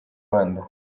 rwanda